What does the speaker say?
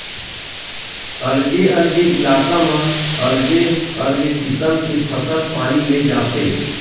अलगे अलगे इलाका म अलगे अलगे किसम के फसल पानी ले जाथे